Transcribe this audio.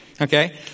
okay